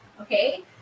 okay